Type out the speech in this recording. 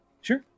Sure